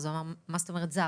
אז הוא אמר מה זאת אומרת זר?